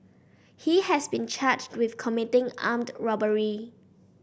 he has been charged with committing armed robbery